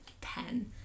pen